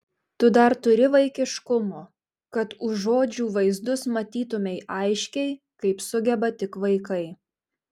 tu dar turi vaikiškumo kad už žodžių vaizdus matytumei aiškiai kaip sugeba tik vaikai